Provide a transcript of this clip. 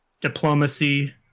Diplomacy